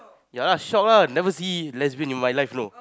yeah lah shock lah never see lesbian in my life know